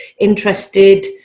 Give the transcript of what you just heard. interested